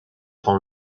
temps